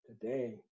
today